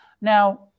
Now